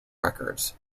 records